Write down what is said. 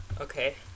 Okay